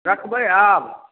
रखबै आब